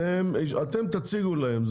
אתם תציגו להם.